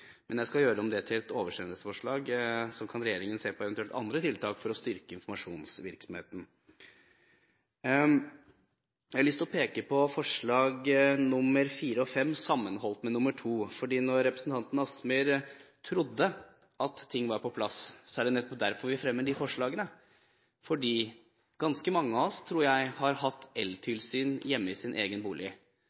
Men jeg skal gjøre om det forslaget til et oversendelsesforslag, og så kan regjeringen eventuelt se på andre tiltak for å styrke informasjonsvirksomheten. Jeg har lyst til å peke på forslagene nr. 4 og 5 sammenholdt med forslag nr. 2. Representanten Kielland Asmyhr trodde at ting var på plass, men det er nettopp derfor vi fremmer disse forslagene. Ganske mange av oss tror jeg har hatt eltilsyn hjemme i egen bolig.